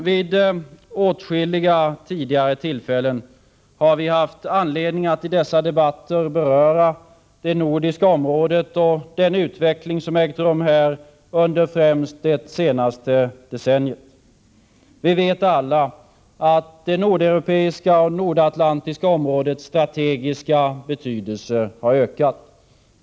Vid åtskilliga tidigare tillfällen har vi haft anledning att i dessa debatter beröra det nordiska området och den utveckling som ägt rum här under främst det senaste decenniet. Vi vet alla att det nordeuropeiska och nordatlantiska områdets strategiska betydelse har ökat.